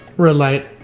red light.